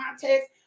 context